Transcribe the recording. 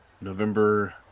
November